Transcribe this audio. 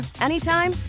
anytime